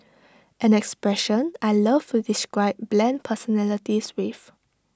an expression I love to describe bland personalities with